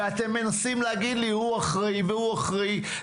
ואתם מנסים להגיד לי: הוא אחראי והוא אחראי,